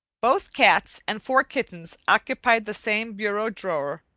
both cats and four kittens occupied the same bureau drawer,